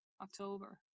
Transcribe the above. October